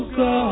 go